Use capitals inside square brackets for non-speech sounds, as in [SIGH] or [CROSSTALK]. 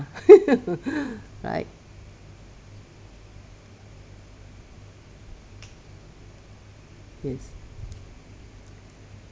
[LAUGHS] right yes